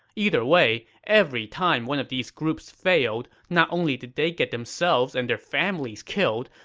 either way, every time one of these groups failed, not only did they get themselves and their families killed,